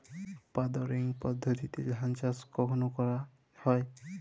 Puddling পদ্ধতিতে ধান চাষ কখন করা হয়?